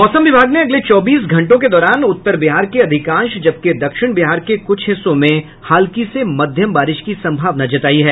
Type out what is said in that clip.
मौसम विभाग ने अगले चौबीस घंटों के दौरान उत्तर बिहार के अधिकांश जबकि दक्षिण बिहार के कुछ हिस्सों में हल्की से मध्यम बारिश की सम्भावना जतायी है